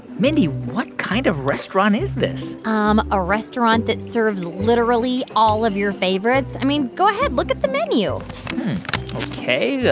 mindy, what kind of restaurant is this? um a restaurant that serves literally all of your favorites. i mean, go ahead. look at the menu ok. yeah